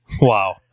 Wow